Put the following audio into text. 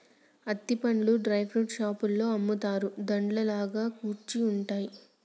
అత్తి పండ్లు dry fruits షాపులో అమ్ముతారు, దండ లాగా కుచ్చి ఉంటున్నాయి